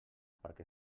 perquè